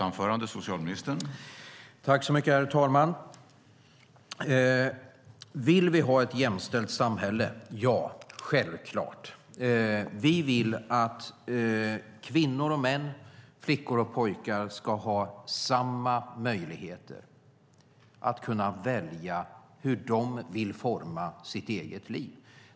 Herr talman! Vill vi ha ett jämställt samhälle? Ja, självklart. Vi vill att kvinnor och män, flickor och pojkar ska ha samma möjligheter att välja hur de vill forma sitt eget liv.